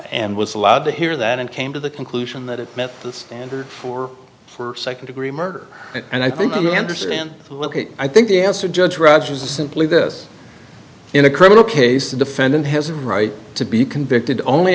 and was allowed to hear that and came to the conclusion that it met the standard for for second degree murder and i think they understand i think the answer judge rogers is simply this in a criminal case the defendant has a right to be convicted only